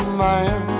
man